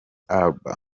alba